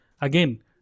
again